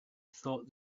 thought